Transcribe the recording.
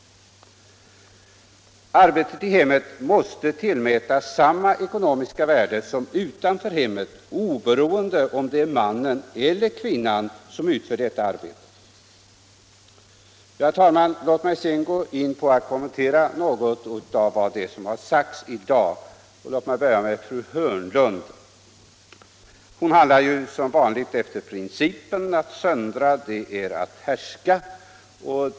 Arbetet i hemmet måste tillmätas samma ekonomiska värde som arbetet utanför hemmet oberoende av om det är mannen eller kvinnan som utför detta arbete. Herr talman! Låt mig sedan kommentera något av det som sagts i dag. Jag vill börja med fru Hörnlund, vilken som vanligt agerade enligt principen ”att söndra är att härska”.